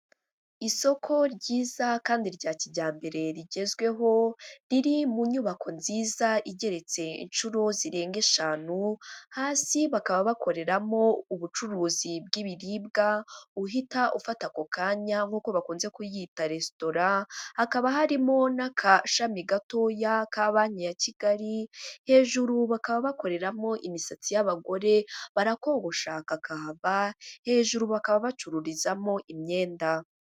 Isoko ryiza kandi rya kijyambere rigezweho riri mu nyubako nziza igeretse inshuro zirenga eshanu, hasi bakaba bakoreramo ubucuruzi bw'ibiribwa uhita ufata ako kanya nk'uko bakunze kuyita resitora, hakaba harimo n'agashami gato ka banki ya kigali, hejuru hakaba hakoreramo imisatsi y'abagore barakogoshaka kakahava, hejuru bakaba bacururizamo imyenda.